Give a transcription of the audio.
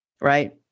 right